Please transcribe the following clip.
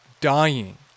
dying